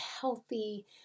healthy